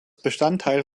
bestandteil